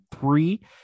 three